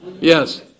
Yes